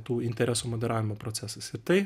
tų interesų moderavimo procesais ir tai